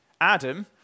Adam